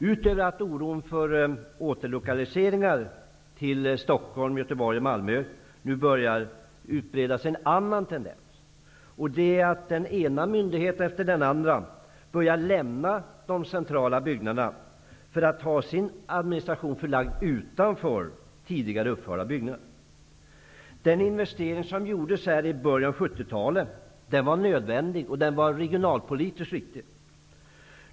Utöver att oron för återlokaliseringar till Stockholm, Göteborg och Malmö sprids, börjar nu en annan tendens att utbreda sig, nämligen att den ena myndigheten efter den andra börjar lämna de centrala byggnaderna för att ha sin administration förlagd utanför det område där tidigare uppförda byggnader är belägna. Den investering i byggnader som gjordes i början av 70-talet var nödvändig och regionalpolitiskt riktig.